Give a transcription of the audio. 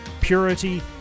purity